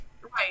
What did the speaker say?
Right